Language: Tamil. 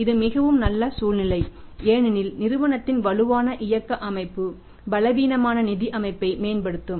இது மிகவும் நல்ல சூழ்நிலை ஏனெனில் நிறுவனத்தின் வலுவான இயக்க அமைப்பு பலவீனமான நிதி அமைப்பை மேம்படுத்தும்